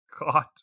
God